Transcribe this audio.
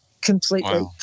Completely